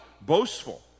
boastful